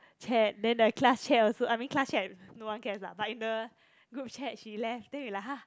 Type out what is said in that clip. chat then the class chat also I mean class chat no one cares lah but in the group chat she left then we like !huh!